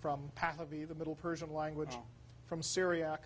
from path of b the middle persian language from syria